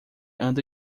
anda